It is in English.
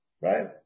right